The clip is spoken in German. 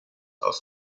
aus